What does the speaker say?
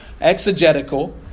exegetical